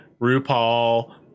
RuPaul